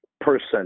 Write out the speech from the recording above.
person